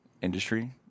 industry